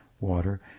water